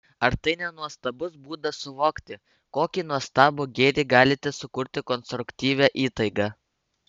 ar tai ne nuostabus būdas suvokti kokį nuostabų gėrį galite sukurti konstruktyvia įtaiga